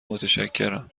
متشکرم